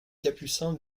capucins